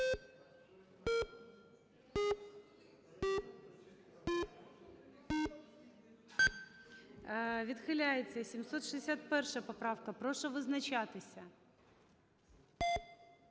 Відхиляється. 761 поправка. Прошу визначатися.